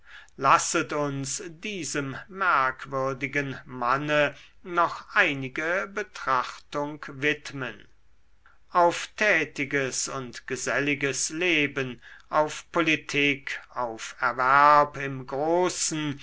lasset uns diesem merkwürdigen manne noch einige betrachtung widmen auf tätiges und geselliges leben auf politik auf erwerb im großen